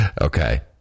Okay